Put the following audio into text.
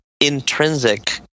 intrinsic